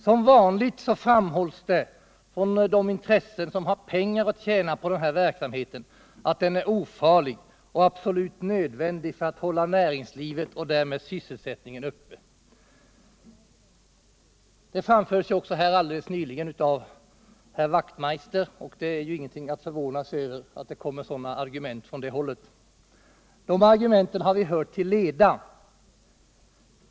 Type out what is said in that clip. Som vanligt framhålls det från de intressegrupper som har pengar att tjäna på den här verksamheten att den är ofarlig och absolut nödvändig för att hålla näringslivet och därmed sysselsättningen uppe. Det framfördes ju här alldeles nyss av herr Wachtmeister, men det är ju ingenting att förvåna sig över att det kommer sådana argument från det hållet! De argumenten har vi hört till leda.